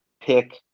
pick